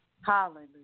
Hallelujah